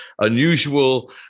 unusual